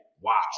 Wow